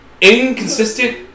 inconsistent